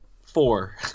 four